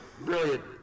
brilliant